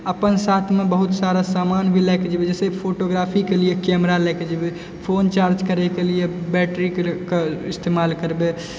अपन साथमे बहुत सारा सामान भी लएके जेबै जैसे फोटोग्राफीके लिए कैमरा लैएके जबैय फोन चार्ज करैके लिए बैट्रीके इस्तेमाल करबै